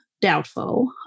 doubtful